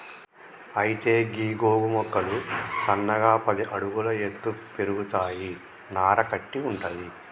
అయితే గీ గోగు మొక్కలు సన్నగా పది అడుగుల ఎత్తు పెరుగుతాయి నార కట్టి వుంటది